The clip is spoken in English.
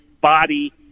body